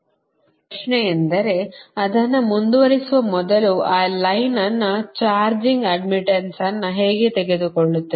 ಈಗ ಪ್ರಶ್ನೆಯೆಂದರೆ ಅದನ್ನು ಮುಂದುವರಿಸುವ ಮೊದಲು ಆ ಲೈನ್ ಅನ್ನು ಚಾರ್ಜಿಂಗ್ ಅಡ್ಡ್ಮಿಟ್ಟನ್ಸ್ ಅನ್ನು ಹೇಗೆ ತೆಗೆದುಕೊಳ್ಳುತ್ತದೆ